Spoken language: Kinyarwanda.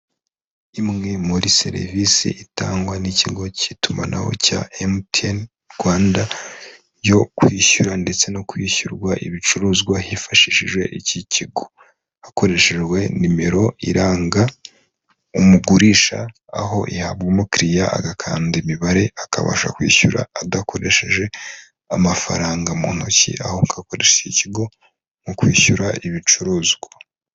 Imwe muri serivisi itangwa n'ikigo cy'itumanaho cya Emutiyeni Rwanda yo kwishyura ndetse no kwishyurwa ibicuruzwa hifashishijwe iki kigo hakoreshejwe nimero iranga umugurisha, aho yaba umukiriya agakanda imibare akabasha kwishyura adakoresheje amafaranga mu ntoki, aho akoresha ikigo mu kwishyura ibicuruzwa.